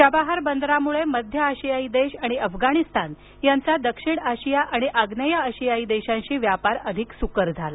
Chabahar बंदरामुळे मध्य आशियायी देश आणि अफगाणिस्तान यांचा दक्षिण आशिया आणि आग्नेय आशियायी देशांशी व्यापार अधिक सुकर झाला